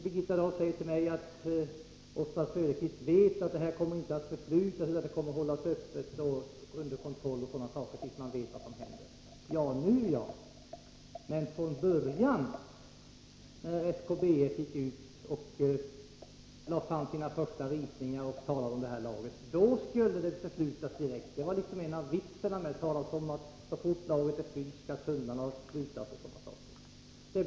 Birgitta Dahl säger till mig, att Oswald Söderqvist vet att förvaringsutrymmet inte kommer att förslutas utan hållas öppet och vara under kontroll tills man vet som händer. Ja, nu säger man det, men från början när SKBF gick ut och lade fram sina första ritningar och talade om det har lagret, skulle förslutning ske direkt. Det var liksom vitsen med det hela. Det talades om att så fort lagret är fyllt skall tunnlarna slutas.